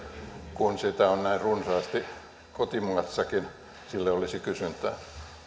kun sitä on näin runsaasti kotimaassakin sille olisi kysyntää